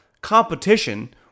competition